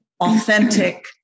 authentic